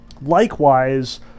Likewise